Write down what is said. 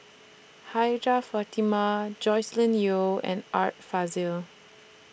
Hajjah Fatimah Joscelin Yeo and Art Fazil